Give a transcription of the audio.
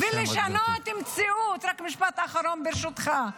-- ולשנות מציאות, רק משפט אחרון, ברשותך,